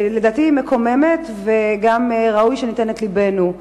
לדעתי היא מקוממת, וראוי שניתן את לבנו.